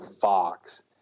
fox